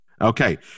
Okay